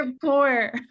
poor